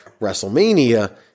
WrestleMania